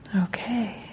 Okay